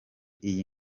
iyi